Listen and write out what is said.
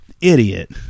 idiot